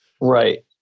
Right